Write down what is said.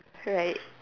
it's alright